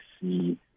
see